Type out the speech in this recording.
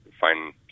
find